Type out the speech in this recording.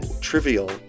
trivial